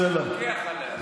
הוועדה תפקח עליה.